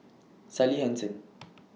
Sally Hansen